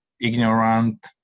ignorant